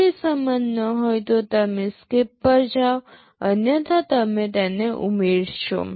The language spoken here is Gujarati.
જો તે સમાન ન હોય તો તમે SKIP પર જાઓ અન્યથા તમે તેને ઉમેરશો